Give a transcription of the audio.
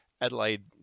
Adelaide